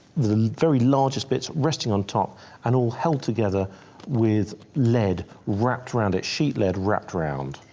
the very largest bits resting on top and all held together with lead wrapped around it sheet lead wrapped round.